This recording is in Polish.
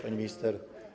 Pani Minister!